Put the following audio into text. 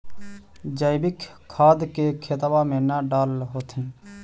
जैवीक खाद के खेतबा मे न डाल होथिं?